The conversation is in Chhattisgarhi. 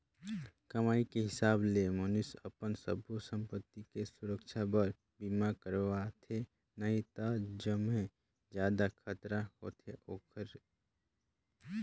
कमाई के हिसाब ले मइनसे अपन सब्बो संपति के सुरक्छा बर बीमा करवाथें नई त जेम्हे जादा खतरा होथे ओखरे